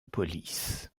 police